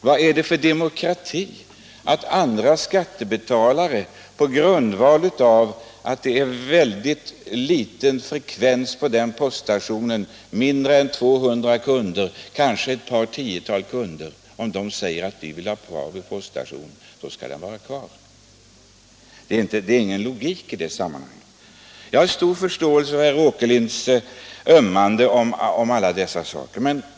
Vad är det för demokrati att andra skattebetalare skall tvingas bekosta en poststation med väldigt litet underlag — mindre än 200 kunder, kanske bara ett par tiotal — om kunderna säger att den skall vara kvar? Det är ingen logik i det resonemanget. Jag har stor förståelse för herr Åkerlinds ömmande för glesbygden.